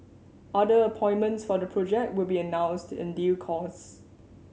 other appointments for the project will be announced in due course